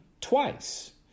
twice